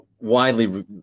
widely